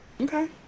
Okay